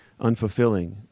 unfulfilling